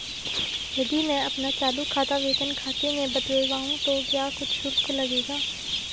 यदि मैं अपना चालू खाता वेतन खाते में बदलवाऊँ तो क्या कुछ शुल्क लगेगा?